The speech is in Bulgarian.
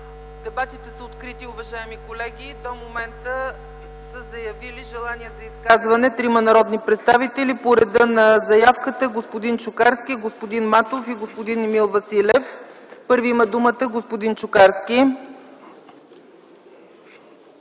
Дебатите са открити, уважаеми колеги. До момента са заявили желание за изказване трима народни представители, по реда на заявката господин Чукарски, господин Матов и господин Емил Василев. Първи има думата господин Чукарски.